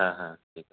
হ্যাঁ হ্যাঁ ঠিক আছে